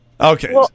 Okay